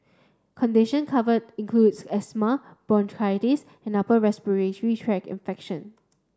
condition covered include asthma bronchitis and upper respiratory tract infection